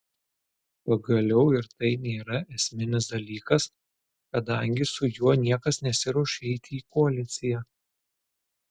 pagaliau ir tai nėra esminis dalykas kadangi su juo niekas nesiruošia eiti į koaliciją